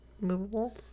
movable